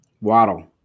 Waddle